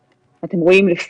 אתם רואים את